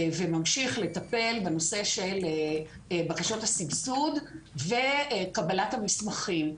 וממשיך לטפל בבקשות הסבסוד וקבלת המסמכים.